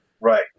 Right